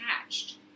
attached